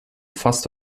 fasst